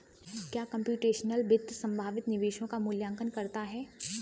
क्या कंप्यूटेशनल वित्त संभावित निवेश का मूल्यांकन करता है?